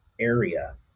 area